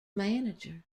manager